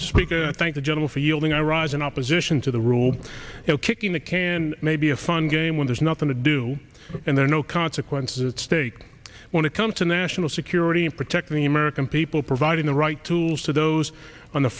speak i think the general feeling i rise in opposition to the rule kicking the can may be a fun game when there's nothing to do and there are no consequences stake when it comes to national security and protecting the american people providing the right tools to those on the